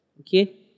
Okay